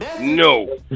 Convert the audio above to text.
No